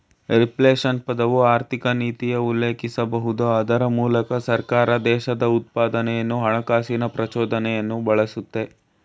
reflation ಪದವು ಆರ್ಥಿಕನೀತಿಯ ಉಲ್ಲೇಖಿಸಬಹುದು ಅದ್ರ ಮೂಲಕ ಸರ್ಕಾರ ದೇಶದ ಉತ್ಪಾದನೆಯನ್ನು ಹಣಕಾಸಿನ ಪ್ರಚೋದನೆಯನ್ನು ಬಳಸುತ್ತೆ